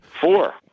Four